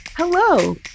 Hello